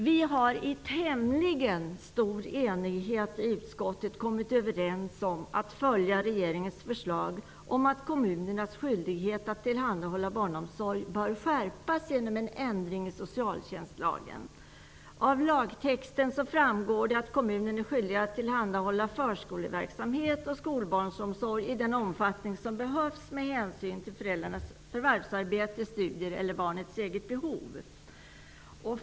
Vi har i tämligen stor enighet i utskottet kommit överens om att följa regeringens förslag om att kommunernas skyldighet att tillhandahålla barnomsorg bör skärpas genom en ändring i socialtjänstlagen. Av lagtexten framgår det att kommunen är skyldig att tillhandahålla förskoleverksamhet och skolbarnsomsorg i den omfattning som behövs med hänsyn till föräldrarnas fövärvsarbete, studier eller barnets eget behov.